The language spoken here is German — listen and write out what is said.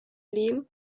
lehm